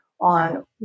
on